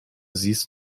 siehst